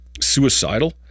suicidal